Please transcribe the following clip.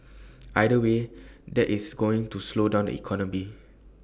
either way that is going to slow down the economy